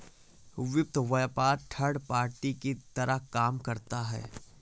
वित्त व्यापार third party की तरह काम करता है